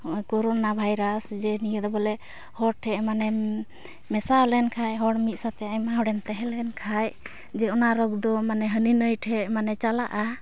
ᱦᱚᱸᱜᱼᱚᱭ corona virus ᱡᱮ ᱱᱤᱭᱟᱹᱫᱚ ᱵᱚᱞᱮ ᱦᱚᱲᱴᱷᱮᱱ ᱢᱟᱱᱮ ᱢᱮᱥᱟᱣᱞᱮᱱ ᱠᱷᱟᱱ ᱦᱚᱲ ᱢᱤᱫ ᱥᱟᱛᱮᱫ ᱟᱭᱢᱟ ᱦᱚᱲᱮᱢ ᱛᱟᱦᱮᱸᱞᱮᱱ ᱠᱷᱟᱱ ᱡᱮ ᱚᱱᱟ ᱨᱳᱜᱽᱫᱚ ᱢᱟᱱᱮ ᱦᱟᱹᱱᱤ ᱱᱟᱹᱭᱴᱷᱮᱱ ᱢᱟᱱᱮ ᱪᱟᱞᱟᱜᱼᱟ